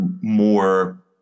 more